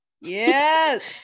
yes